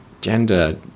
gender